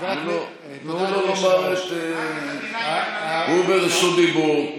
חברי הכנסת טיבי וכסיף, הוא ברשות דיבור.